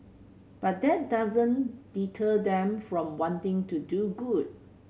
but that doesn't deter them from wanting to do good